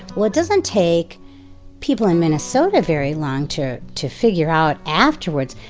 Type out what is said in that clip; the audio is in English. well it doesn't take people in minnesota very long to to figure out afterwards,